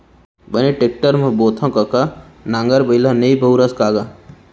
बने टेक्टर म बोथँव कका नांगर बइला नइ बउरस का गा?